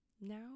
now